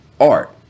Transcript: art